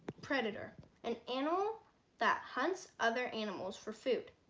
predator an animal that hunts other animals for food